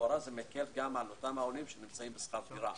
לכאורה זה מקל גם על העולים שנמצאים בשכר דירה.